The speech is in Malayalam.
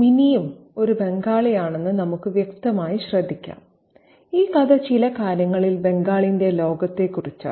മിനിയും ഒരു ബംഗാളിയാണെന്ന് നമുക്ക് വ്യക്തമായി ശ്രദ്ധിക്കാം ഈ കഥ ചില കാര്യങ്ങളിൽ ബംഗാളിന്റെ ലോകത്തെക്കുറിച്ചാണ്